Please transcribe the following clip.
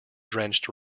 drenched